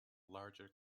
larger